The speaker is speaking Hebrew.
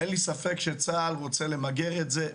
אין לי ספק שצה"ל רוצה למגר את זה,